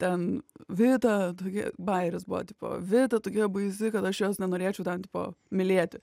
ten vita tokia bajeris buvo tipo vita tokia baisi kad aš jos nenorėčiau ten tipo mylėti